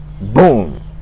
Boom